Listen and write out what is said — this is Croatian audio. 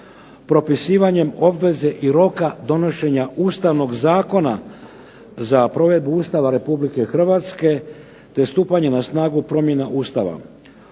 Propisivanjem obveze i roka donošenja Ustavnog zakona za provedbu Ustava Republike Hrvatske, te stupanje na snagu promjena Ustava